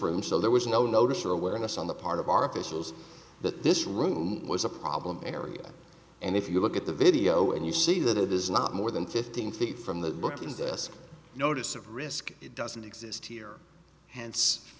room so there was no notice or awareness on the part of our officials that this room was a problem area and if you look at the video and you see that it is not more than fifteen feet from the bookies this notice of risk doesn't e